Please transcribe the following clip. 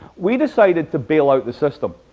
we decided to bail out the system